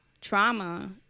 trauma